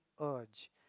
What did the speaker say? urge